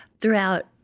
throughout